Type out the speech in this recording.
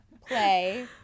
Play